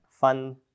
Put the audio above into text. fun